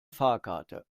fahrkarte